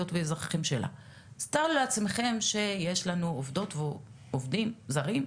אז תארו לעצמכם שיש לנו עובדות ועובדים זרים,